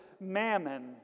mammon